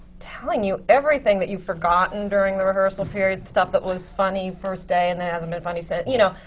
telling you everything that you've forgotten during the rehearsal period. stuff that was funny the first day and that hasn't been funny since. you know,